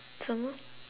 some more